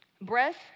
Breath